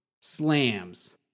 slams